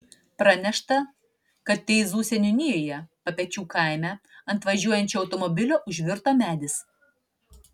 pranešta kad teizų seniūnijoje papečių kaime ant važiuojančio automobilio užvirto medis